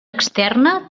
externa